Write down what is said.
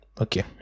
okay